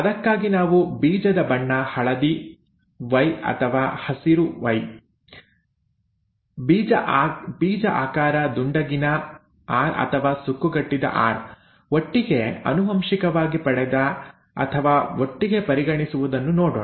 ಅದಕ್ಕಾಗಿ ನಾವು ಬೀಜದ ಬಣ್ಣ ಹಳದಿ ಅಥವಾ ಹಸಿರು ಬೀಜ ಆಕಾರ ದುಂಡಗಿನ ಅಥವಾ ಸುಕ್ಕುಗಟ್ಟಿದ ಒಟ್ಟಿಗೆ ಆನುವಂಶಿಕವಾಗಿ ಪಡೆದ ಅಥವಾ ಒಟ್ಟಿಗೆ ಪರಿಗಣಿಸುವುದನ್ನು ನೋಡೋಣ